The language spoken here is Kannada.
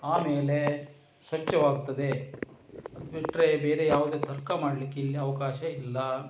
ಆಮೇಲೆ ಸ್ವಚ್ಛವಾಗ್ತದೆ ಅದು ಬಿಟ್ಟರೆ ಬೇರೆ ಯಾವುದೇ ತರ್ಕ ಮಾಡ್ಲಿಕ್ಕೆ ಇಲ್ಲಿ ಅವಕಾಶ ಇಲ್ಲ